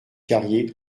carrier